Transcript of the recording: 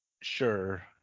Sure